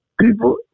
people